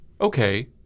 okay